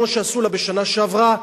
כמו שעשו לה בשנה שעברה,